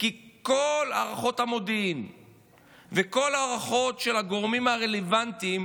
כי כל הערכות המודיעין וכל ההערכות של הגורמים הרלוונטיים,